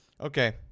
Okay